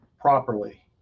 properly